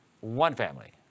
one-family